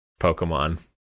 Pokemon